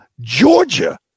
Georgia